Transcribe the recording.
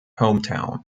hometown